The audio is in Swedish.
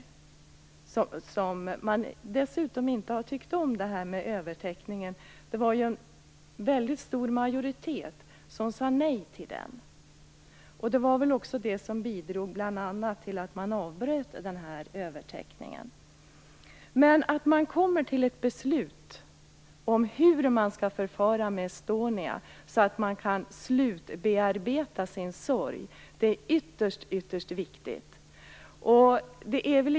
Dessutom har de anhöriga inte tyckt om detta med övertäckning. Det var ju en väldigt stor majoritet som sade nej till övertäckningen. Det var väl också det som bl.a. bidrog till att övertäckningen avbröts. Att man kommer fram till ett beslut om hur man skall förfara med Estonia så att de anhöriga kan slutbearbeta sin sorg är ytterst viktigt.